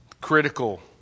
Critical